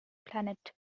planet